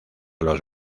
los